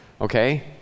okay